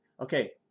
Okay